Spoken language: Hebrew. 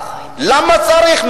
למה צריך?